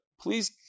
please